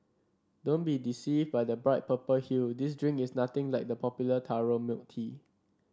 don't be deceived by the bright purple hue this drink is nothing like the popular taro milk tea